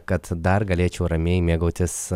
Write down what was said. kad dar galėčiau ramiai mėgautis